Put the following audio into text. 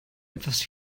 etwas